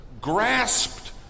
grasped